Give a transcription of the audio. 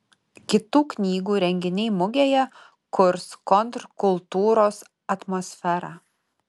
kitų knygų renginiai mugėje kurs kontrkultūros atmosferą